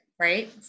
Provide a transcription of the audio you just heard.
right